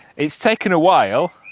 it's taken a while,